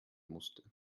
musste